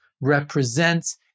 represents